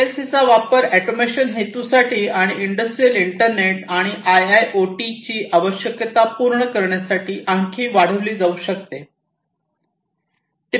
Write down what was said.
P L C चा वापर automation हेतूसाठी आणि इंडस्ट्रियल इंटरनेट आणि आयआयओटी आवश्यकता पूर्ण करण्यासाठी आणखी वाढविली जाऊ शकते